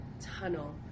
tunnel